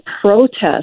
protest